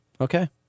Okay